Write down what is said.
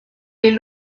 est